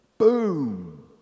Boom